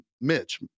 Mitch